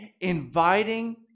inviting